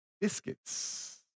biscuits